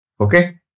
Okay